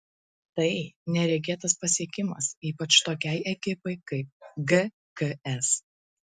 tai neregėtas pasiekimas ypač tokiai ekipai kaip gks